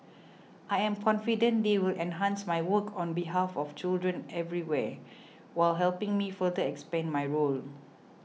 I am confident they will enhance my work on behalf of children everywhere while helping me further expand my role